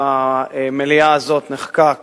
במליאה הזאת נחקק